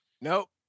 Nope